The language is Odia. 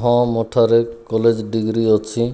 ହଁ ମୋ'ଠାରେ କଲେଜ ଡିଗ୍ରୀ ଅଛି